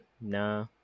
Nah